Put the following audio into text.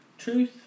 Truth